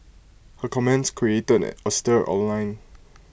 her comments created A stir online